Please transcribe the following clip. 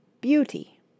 beauty